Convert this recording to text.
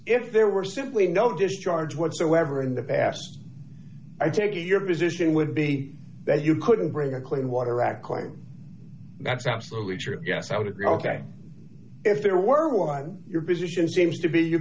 if there were simply no discharge whatsoever in the past i take your position would be that you couldn't bring a clean water act claim that's absolutely true yes i would agree ok if there were one your position seems to be you